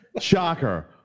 Shocker